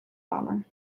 bomber